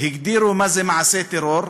הגדירו מה זה מעשה טרור,